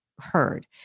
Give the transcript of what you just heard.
heard